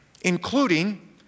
including